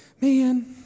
Man